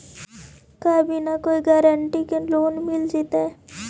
का बिना कोई गारंटी के लोन मिल जीईतै?